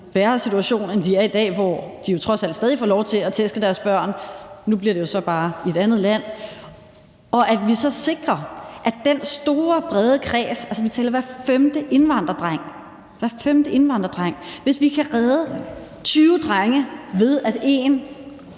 en værre situation, end de er i i dag, hvor de jo trods alt stadig får lov til at tæske deres børn – nu bliver det jo så bare i et andet land – og at vi så sikrer den store, brede kreds. Altså, vi taler hver femte indvandrerdreng, og hvis vi kan redde 20 drenge, ved at én